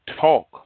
talk